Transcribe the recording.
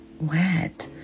wet